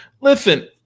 Listen